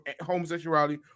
homosexuality